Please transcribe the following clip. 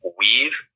weave